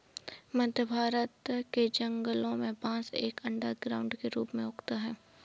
मध्य भारत के जंगलों में बांस एक अंडरग्राउंड के रूप में उगता है